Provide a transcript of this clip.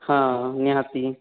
ହଁ ନିହାତି